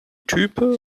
type